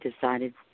decided